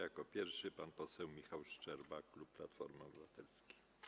Jako pierwszy pan poseł Michał Szczerba, klub Platformy Obywatelskiej.